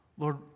Lord